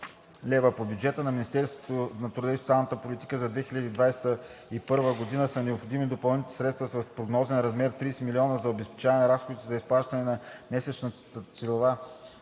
лв. По бюджета на Министерството на труда и социалната политика за 2021 г. са необходими допълнителни средства в прогнозен размер 30 млн. лв. за обезпечаване разходите за изплащане на месечна целева